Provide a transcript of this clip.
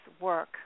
work